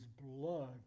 blood